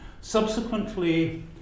Subsequently